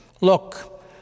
Look